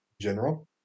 general